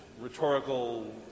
rhetorical